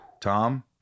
Tom